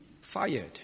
fired